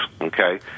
Okay